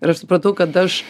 ir aš supratau kad aš